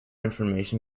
information